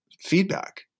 feedback